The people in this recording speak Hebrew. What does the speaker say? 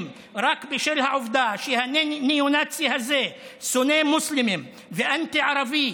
רק בשל העובדה שהניאו-נאצי הזה שונא מוסלמים ואנטי-ערבי.